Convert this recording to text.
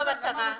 שלו.